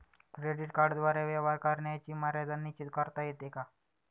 Credit कार्डद्वारे व्यवहार करण्याची मर्यादा निश्चित करता येते का?